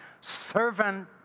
servant